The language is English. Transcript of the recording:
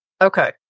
Okay